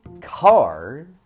cars